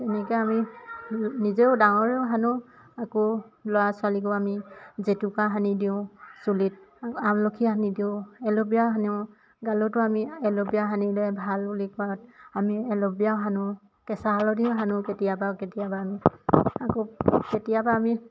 তেনেকৈ আমি নিজেও ডাঙৰেও সানো আকৌ ল'ৰা ছোৱালীকো আমি জেতুকা সানি দিওঁ চুলিত আমলখি সানি দিওঁ এল'বিয়াও সানো গালতো আমি এল'বিয়া সানিলে ভাল বুলি কোৱাত আমি এল'বিয়াও সানো কেঁচা হালধিও সানো কেতিয়াবা কেতিয়াবা আমি আকৌ কেতিয়াবা আমি